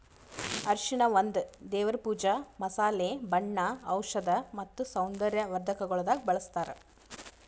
ಅರಿಶಿನ ಒಂದ್ ದೇವರ್ ಪೂಜಾ, ಮಸಾಲೆ, ಬಣ್ಣ, ಔಷಧ್ ಮತ್ತ ಸೌಂದರ್ಯ ವರ್ಧಕಗೊಳ್ದಾಗ್ ಬಳ್ಸತಾರ್